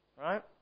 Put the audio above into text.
right